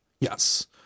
Yes